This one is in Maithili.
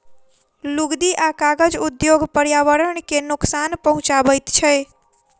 लुगदी आ कागज उद्योग पर्यावरण के नोकसान पहुँचाबैत छै